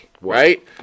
right